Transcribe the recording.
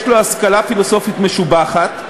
יש לו השכלה פילוסופית משובחת,